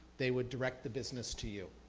they would direct the business to you.